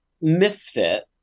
misfit